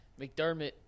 McDermott